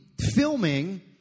filming